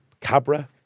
Cabra